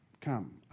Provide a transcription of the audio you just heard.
come